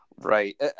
right